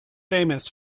famous